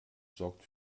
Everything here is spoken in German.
sorgt